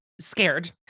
scared